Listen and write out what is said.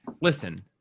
listen